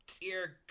dear